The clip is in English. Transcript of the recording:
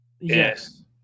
Yes